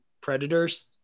predators